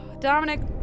Dominic